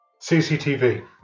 CCTV